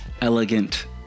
elegant